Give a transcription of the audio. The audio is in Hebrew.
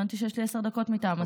הבנתי שיש לי עשר דקות מטעם הסיעה.